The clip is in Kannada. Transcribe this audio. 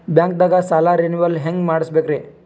ಬ್ಯಾಂಕ್ದಾಗ ಸಾಲ ರೇನೆವಲ್ ಹೆಂಗ್ ಮಾಡ್ಸಬೇಕರಿ?